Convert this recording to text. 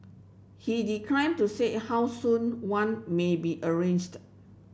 he declined to say how soon one may be arranged